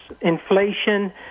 inflation